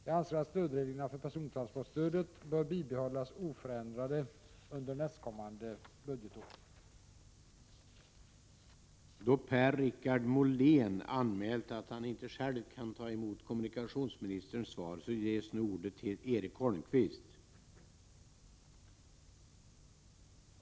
Jag anser att stödreglerna för persontransportstödet bör bibehållas oförändrade under nästkommande budgetår. Andre vice talmannen medgav att Erik Holmkvist i Per-Richard Moléns frånvaro fick ta emot svaret.